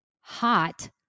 hot